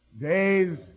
days